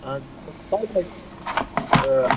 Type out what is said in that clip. آ ٲں